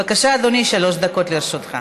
בבקשה, אדוני, שלוש דקות לרשותך.